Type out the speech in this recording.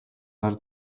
хар